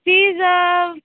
fees